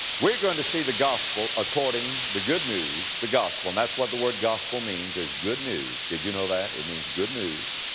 we're going to see the gospel according, the good news, the gospel, and that's what the word gospel means is good news, did you know that? it means good news.